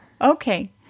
Okay